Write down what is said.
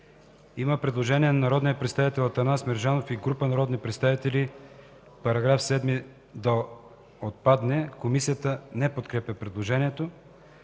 Има предложение от народния представител Атанас Мерджанов и група народни представители –§ 7 да отпадне. Комисията не подкрепя предложението.